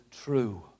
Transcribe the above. true